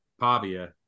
Pavia